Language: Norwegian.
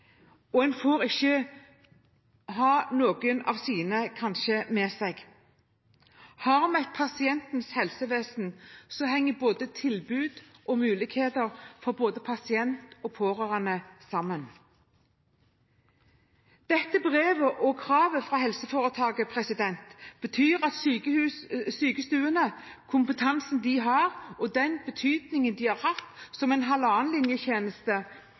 og en får kanskje ikke ha noen av sine med seg. Har vi et pasientens helsevesen, henger tilbud og muligheter for både pasient og pårørende sammen. Brevet og kravet fra helseforetaket betyr at sykestuene, med den kompetansen de har, og den betydningen de har hatt som